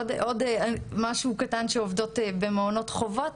אז עוד משהו קטן שעובדות במעונות חוות.